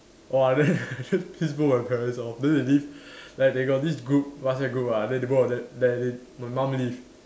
!wah! then I just piss both my parents off then they leave like they got this group WhatsApp group ah then the both of them then my mum leave